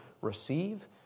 receive